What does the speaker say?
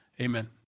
Amen